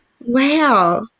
Wow